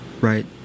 right